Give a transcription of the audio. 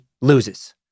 loses